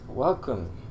Welcome